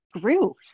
grew